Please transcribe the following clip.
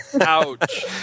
Ouch